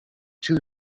two